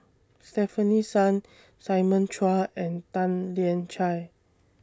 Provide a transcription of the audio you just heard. Stefanie Sun Simon Chua and Tan Lian Chye